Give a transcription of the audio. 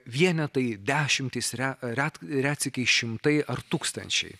vienetai dešimtys re ret retsykiais šimtai ar tūkstančiai